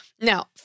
Now